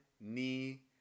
knee